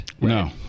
No